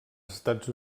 estats